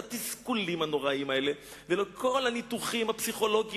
לתסכולים הנוראיים האלה ולכל הניתוחים הפסיכולוגיים